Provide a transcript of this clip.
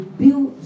build